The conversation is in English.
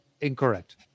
Incorrect